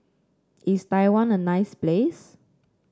is Taiwan a nice place